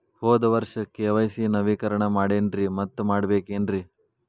ಹೋದ ವರ್ಷ ಕೆ.ವೈ.ಸಿ ನವೇಕರಣ ಮಾಡೇನ್ರಿ ಮತ್ತ ಮಾಡ್ಬೇಕೇನ್ರಿ?